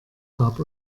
gab